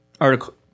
article